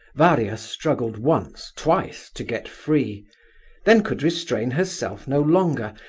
varia struggled once twice to get free then could restrain herself no longer,